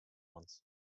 ones